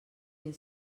mil